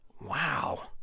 Wow